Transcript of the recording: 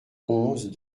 onze